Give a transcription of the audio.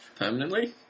permanently